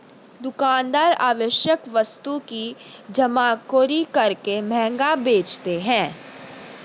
दुकानदार आवश्यक वस्तु की जमाखोरी करके महंगा बेचते है